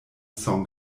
song